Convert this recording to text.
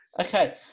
okay